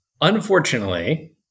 Unfortunately